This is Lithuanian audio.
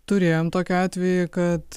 turėjom tokį atvejį kad